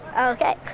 Okay